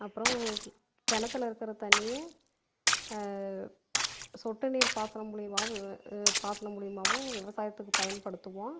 அப்புறம் கிணத்துல இருக்கிற தண்ணியை சொட்டு நீர் பாசனம் மூலியமாகவும் பாசனம் மூலியமாகவும் விவசாயத்துக்கு பயன்படுத்துவோம்